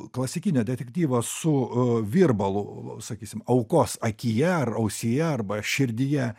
klasikinio detektyvo su virbalu sakysim aukos akyje ar ausyje arba širdyje